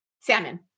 Salmon